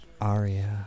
Aria